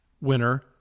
winner